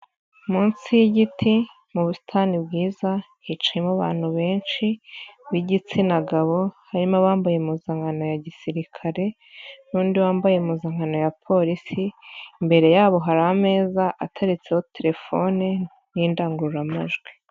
Munsi y'igiti, mu busitani bwiza, hicayemo abantu benshi b'igitsina gabo, harimo abambaye impuzankan ya gisirikare n'undi wambaye impuazankano ya polisi, imbere yabo hari ameza, ateretseho telefone n'indangururamajwi.